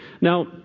Now